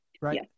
right